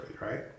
right